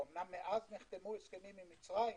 אמנם מאז נחתמו הסכים עם מצרים,